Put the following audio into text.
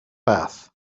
path